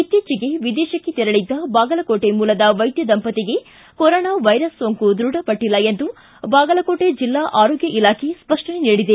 ಇತ್ತೀಚೆಗೆ ಎದೇಶಕ್ಕೆ ತೆರಳಿದ್ದ ಬಾಗಲಕೋಟೆ ಮೂಲದ ವೈದ್ಯ ದಂಪತಿಗೆ ಕೊರೊನಾ ವೈರಸ್ ಸೋಂಕು ದೃಢಪಟ್ಟಿಲ್ಲ ಎಂದು ಬಾಗಲಕೋಟೆ ಜಿಲ್ಲಾ ಆರೋಗ್ಯ ಇಲಾಖೆ ಸ್ಪಷ್ಟನೆ ನೀಡಿದೆ